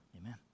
amen